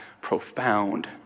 profound